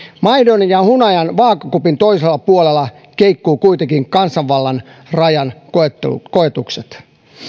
maidon ja hunajan vaakakupin toisella puolella keikkuu kuitenkin kansanvallan rajan koetukset koetukset